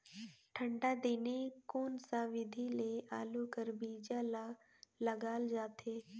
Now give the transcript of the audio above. ठंडा दिने कोन सा विधि ले आलू कर बीजा ल लगाल जाथे?